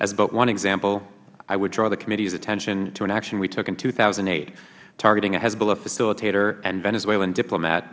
as but one example i would draw the committees attention to an action we took in two thousand and eight targeting a hezbollah facilitator and venezuelan diplomat